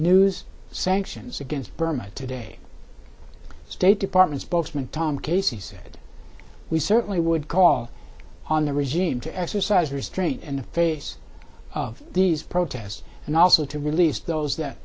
news sanctions against burma today state department spokesman tom casey said we certainly would call on the regime to exercise restraint in the face of these protests and also to release those that